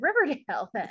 Riverdale